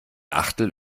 achtel